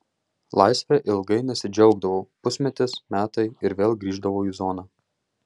laisve ilgai nesidžiaugdavau pusmetis metai ir vėl grįždavau į zoną